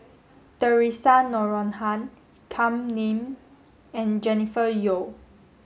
Theresa Noronha Kam Ning and Jennifer Yeo